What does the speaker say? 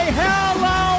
hello